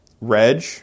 Reg